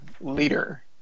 leader